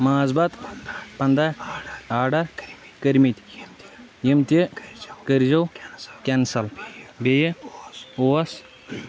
ماز بَتہٕ پنٛداہ آرڈَر کٔرۍمٕتۍ یِم تہِ کٔرۍزیٚو کینسَل بیٚیہِ اوس